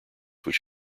which